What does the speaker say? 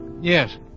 Yes